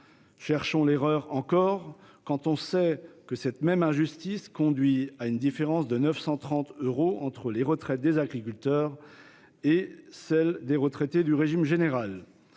Cherchons encore l'erreur, quand on sait que cette même injustice induit une différence de 930 euros entre les retraites des agriculteurs et celles des retraités du régime général